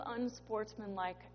unsportsmanlike